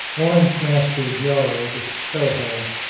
orange master's yard, soho.